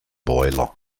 boiler